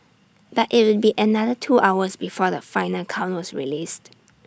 but IT would be another two hours before the final count was released